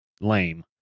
lame